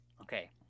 Okay